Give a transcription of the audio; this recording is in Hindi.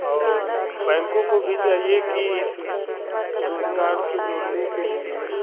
और बैंकों को भी चाहिए कि इस रोज़गार को जोड़ने के लिए